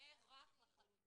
זה מופרך, מופרך לחלוטין.